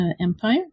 empire